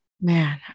Man